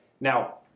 Now